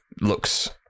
looks